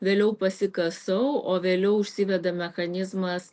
vėliau pasikasau o vėliau užsiveda mechanizmas